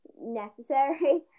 necessary